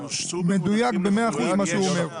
מדויק ב-100% מה שהוא אומר.